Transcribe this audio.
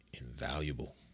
invaluable